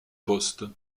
postes